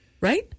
right